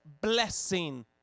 blessing